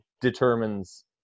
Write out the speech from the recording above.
determines